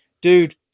dude